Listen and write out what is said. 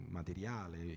materiale